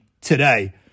today